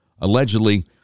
allegedly